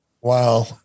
Wow